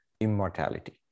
immortality